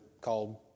called